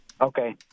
Okay